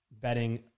betting